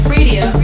Radio